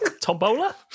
tombola